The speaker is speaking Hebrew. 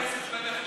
יש מי שיעשה.